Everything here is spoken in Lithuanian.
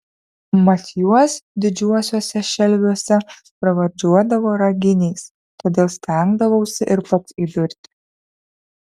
mat juos didžiuosiuose šelviuose pravardžiuodavo raginiais todėl stengdavausi ir pats įdurti